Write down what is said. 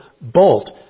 bolt